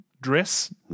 dress